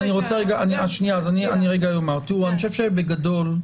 אני חושב שבגדול,